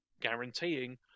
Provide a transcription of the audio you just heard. guaranteeing